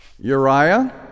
Uriah